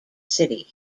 city